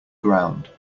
ground